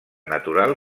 natural